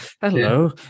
Hello